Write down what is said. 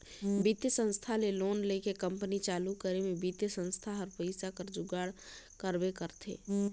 बित्तीय संस्था ले लोन लेके कंपनी चालू करे में बित्तीय संस्था हर पइसा कर जुगाड़ करबे करथे